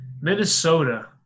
Minnesota